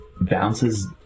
bounces